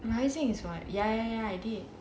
rising is what ya ya ya I did